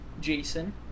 Jason